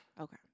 Okay